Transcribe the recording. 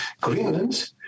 Greenland